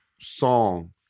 song